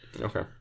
okay